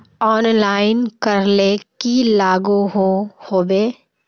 Online करले की लागोहो होबे?